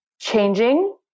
changing